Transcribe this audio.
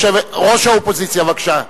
ראש האופוזיציה, בבקשה.